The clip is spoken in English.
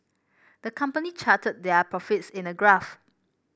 the company charted their profits in a graph